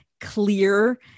clear